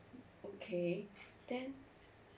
okay then